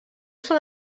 són